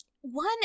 one